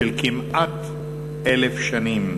של כמעט אלף שנים.